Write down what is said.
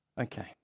Okay